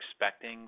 expecting